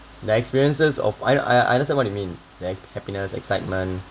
the experiences of I I understand what you mean like happiness excitement